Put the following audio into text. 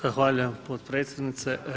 Zahvaljujem potpredsjednice.